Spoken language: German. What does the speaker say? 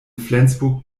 flensburg